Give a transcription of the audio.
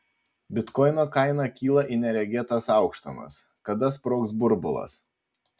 bitkoino kaina kyla į neregėtas aukštumas kada sprogs burbulas